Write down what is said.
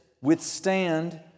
withstand